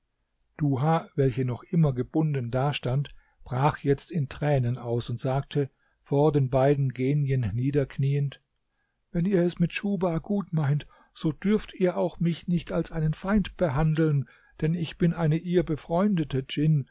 duha welche noch immer gebunden dastand brach jetzt in tränen aus und sagte vor den beiden genien niederknieend wenn ihr es mit schuhba gut meint so dürft ihr auch mich nicht als einen feind behandeln denn ich bin eine ihr befreundete djinn